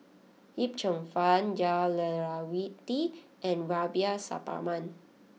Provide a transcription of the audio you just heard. Yip Cheong Fun Jah Lelawati and Rubiah Suparman